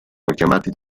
chiamati